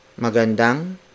Magandang